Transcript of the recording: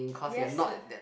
yes